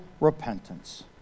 repentance